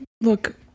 Look